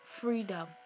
freedom